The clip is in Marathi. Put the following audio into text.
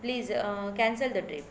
please cancel the trip